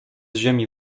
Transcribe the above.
ziemi